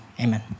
Amen